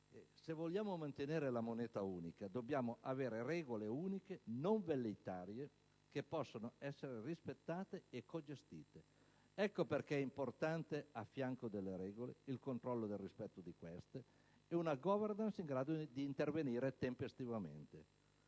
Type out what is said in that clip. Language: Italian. se vogliamo mantenere la moneta unica, dobbiamo avere regole uniche, non velleitarie, che possano essere rispettate e cogestite. Per questo è importante che, accanto alle regole, ci sia il controllo del loro rispetto e una *governance* in grado di intervenire tempestivamente.